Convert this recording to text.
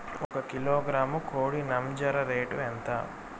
ఒక కిలోగ్రాము కోడి నంజర రేటు ఎంత?